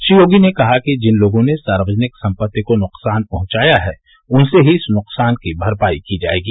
श्री योगी ने कहा कि जिन लोगों ने सार्वजनिक संपत्ति को नुकसान पहुंचाया है उनसे ही इस नुकसान की भरपायी की जाएगी